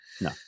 No